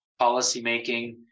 policymaking